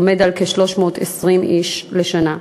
עומד על כ-320 איש בשנה.